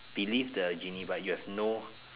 believe the genie but you have no